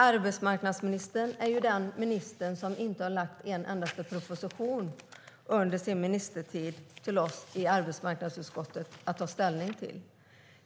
Arbetsmarknadsministern är den minister som under sin ministertid inte har lagt en enda proposition till oss i arbetsmarknadsutskottet att ta ställning till.